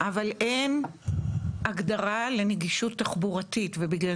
אבל אין הגדרה לנגישות תחבורתית ובגלל